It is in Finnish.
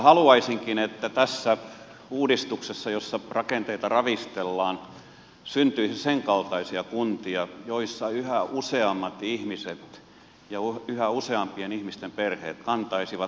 haluaisinkin että tässä uudistuksessa jossa rakenteita ravistellaan syntyisi sen kaltaisia kuntia joissa yhä useammat ihmiset ja yhä useampien ihmisten perheet kantaisivat enemmän vastuuta